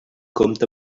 compte